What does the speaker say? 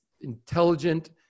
intelligent